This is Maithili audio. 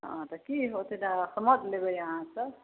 तऽ की होतै तऽ समझ लेबै अहाँ सब